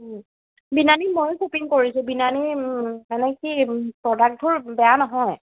বিনানি ময়ো শ্বপিং কৰিছোঁ বিননি মানে কি প্ৰডাক্টবোৰ বেয়া নহয়